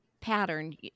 pattern